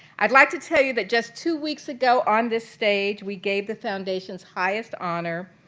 i would like to tell you that just two weeks ago on this stage we gave the foundation's highest honor,